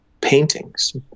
paintings